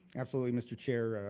absolutely, mr. chair.